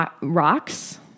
rocks